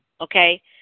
okay